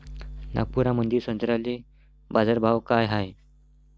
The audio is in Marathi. नागपुरामंदी संत्र्याले बाजारभाव काय हाय?